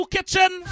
Kitchen